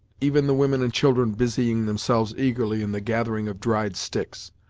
even the women and children busying themselves eagerly, in the gathering of dried sticks.